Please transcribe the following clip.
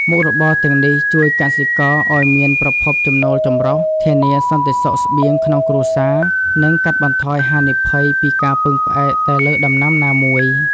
មុខរបរទាំងនេះជួយកសិករឱ្យមានប្រភពចំណូលចម្រុះ ធានាសន្តិសុខស្បៀងក្នុងគ្រួសារ និងកាត់បន្ថយហានិភ័យពីការពឹងផ្អែកតែលើដំណាំណាមួយ។